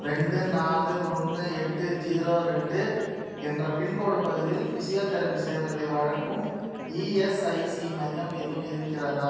ரெண்டு நாலு ஒன்று எட்டு ஜீரோ ரெண்டு என்ற பின்கோடு பகுதியில் ஃபிசியோதெரபி சேவைகளை வழங்கும் இஎஸ்ஐசி மையம் எதுவும் இருக்கிறதா